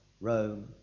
Rome